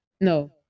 no